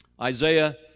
Isaiah